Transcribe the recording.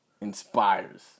inspires